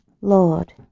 Lord